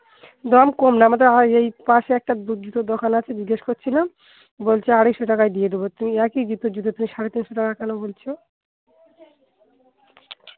দাম কম না আমাদের হয় এই পাশে একটা জুতোর দোকান আছে জিজ্ঞেস করছিলাম বলছে আড়াইশো টাকায় দিয়ে দেবো তুমি একই জুতো জুতো তুমি সাড়ে তিনশো টাকা কেন বলছো